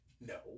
No